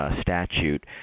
statute